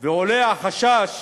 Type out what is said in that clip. ועולה החשש